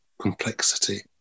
complexity